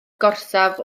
gorsaf